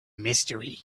mystery